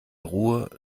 ruhe